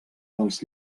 dels